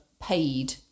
paid